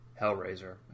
Hellraiser